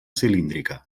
cilíndrica